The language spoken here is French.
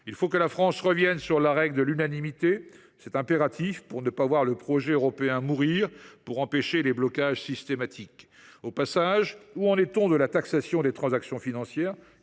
Il faut que la France revienne sur la règle de l’unanimité. C’est impératif pour ne pas voir le projet européen mourir et pour empêcher les blocages systématiques. Au passage, où en est on de la taxation des transactions financières,